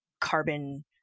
carbon